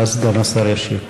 ואז סגן השר ישיב.